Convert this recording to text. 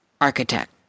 architect